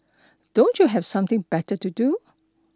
don't you have something better to do